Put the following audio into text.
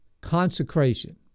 consecration